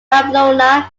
pamplona